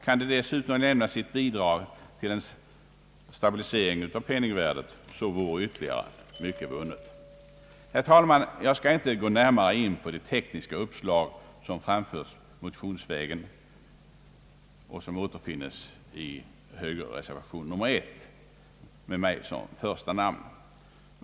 Kan det dessutom lämna sitt bidrag till en stabilisering av penningvärdet, vore ytterligare mycket vunnet. Herr talman! Jag skall inte närmare gå in på de tekniska uppslag, som framförts motionsvägen och som återfinnes i högerreservationen nr I med mitt namn som det första.